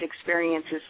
experiences